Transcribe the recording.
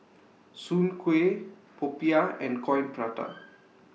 Soon Kuih Popiah and Coin Prata